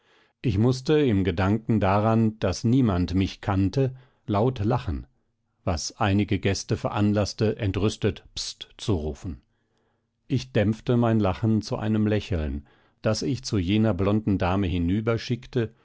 ich mußte im gedanken daran daß niemand mich kannte laut lachen was einige gäste veranlaßte entrüstet pst zu rufen ich dämpfte mein lachen zu einem lächeln das ich zu jener blonden dame